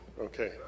okay